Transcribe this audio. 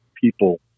people